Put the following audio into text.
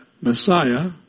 Messiah